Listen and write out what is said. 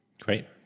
great